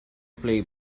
play